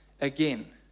again